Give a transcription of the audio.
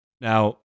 Now